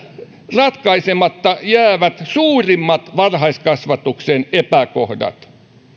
ratkaisematta jäävät suurimmat varhaiskasvatuksen epäkohdat